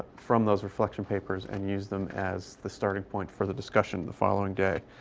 from those reflection papers and use them as the starting point for the discussion the following day.